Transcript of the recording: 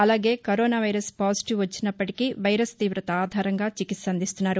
అలాగే corona virus positive వచ్చినప్పటికి virus తీవత ఆధారంగా చికిత్స అందిస్తున్నారు